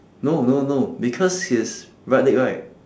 no no no because his right leg right